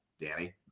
Danny